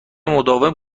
مداوم